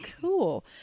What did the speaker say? cool